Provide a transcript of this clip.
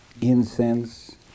incense